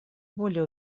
более